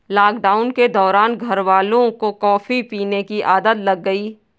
lockdown के दौरान घरवालों को कॉफी पीने की आदत लग गई